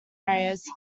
areas